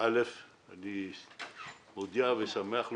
אני שמח להודיע,